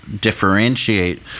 differentiate